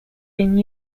been